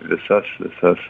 visas visas